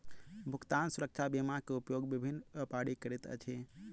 भुगतान सुरक्षा बीमा के उपयोग विभिन्न व्यापारी करैत अछि